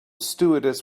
stewardess